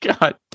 God